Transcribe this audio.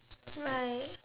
right